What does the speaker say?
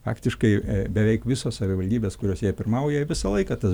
faktiškai beveik visos savivaldybės kuriose jie pirmauja visą laiką tas